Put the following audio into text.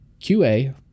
QA